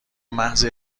محض